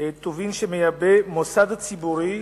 טובין שמייבא מוסד ציבורי